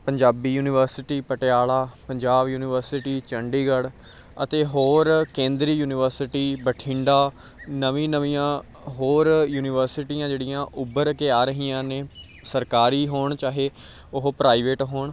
Punjabi university Patiala Punjab university Chandigarh ਅਤੇ ਹੋਰ ਕੇਂਦਰੀ ਯੂਨੀਵਰਸਿਟੀ ਬਠਿੰਡਾ ਨਵੀਂ ਨਵੀਆਂ ਹੋਰ ਯੂਨੀਵਰਸਿਟੀ ਜਿਹੜੀਆਂ ਉਭਰ ਕੇ ਆ ਰਹੀਆਂ ਨੇ ਸਰਕਾਰੀ ਹੋਣ ਚਾਹੇ ਉਹ ਪ੍ਰਾਈਵੇਟ ਹੋਣ